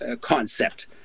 concept